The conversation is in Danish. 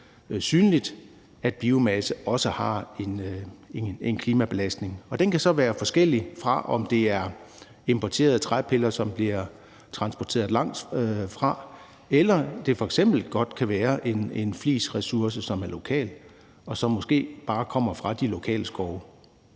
synligt, altså at biomasse også har en klimabelastning. Og den kan så være forskellig, alt efter om det er importerede træpiller, der bliver transporteret langvejsfra, eller om det f.eks. kan være en flisressource, som er lokal, og som måske bare kommer fra de lokale skove.